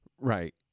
Right